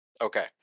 okay